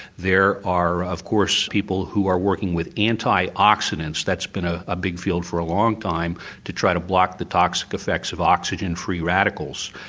there are of course people who are working with antioxidants, that's been ah a big field for a long time to try to block the toxic affects of oxygen free radicals.